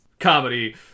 comedy